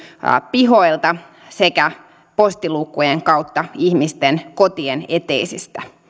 pihoilta sekä postiluukkujen kautta ihmisten kotien eteisistä